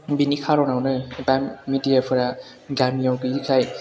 बिनि खारनावनो दा मिडिया फोरा गामियाव गैयैखाय